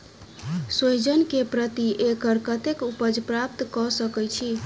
सोहिजन केँ प्रति एकड़ कतेक उपज प्राप्त कऽ सकै छी?